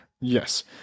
Yes